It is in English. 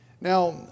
Now